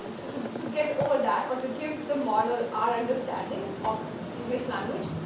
um so to to get over that, or to give the model our understanding of english language,